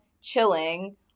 chilling